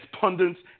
pundits